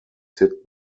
did